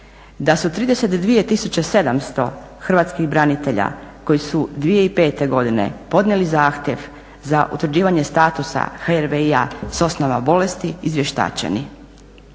da su 32700 hrvatskih branitelja koji su 2005. godine podnijeli zahtjev za utvrđivanje statusa HRVI-a s osnova bolesti izvještačeni.